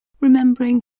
remembering